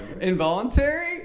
Involuntary